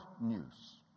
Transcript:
news